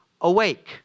awake